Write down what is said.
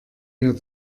mir